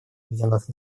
объединенных